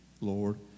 Lord